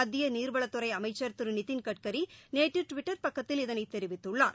மத்திய நீர்வளத்துறை அமைச்சர் திரு நிதின் கட்கரி நேற்று டுவிட்டர் பக்கத்தில் இதனை தெரிவித்துள்ளார்